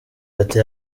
ati